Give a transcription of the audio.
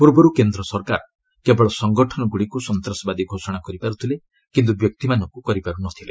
ପୂର୍ବରୁ କେନ୍ଦ୍ର ସରକାର କେବଳ ସଂଗଠନଗୁଡ଼ିକୁ ସନ୍ତାସବାଦୀ ଘୋଷଣା କରିପାରୁଥିଲେ କିନ୍ତୁ ବ୍ୟକ୍ତିମାନଙ୍କୁ କରିପାରୁନଥିଲେ